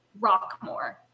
Rockmore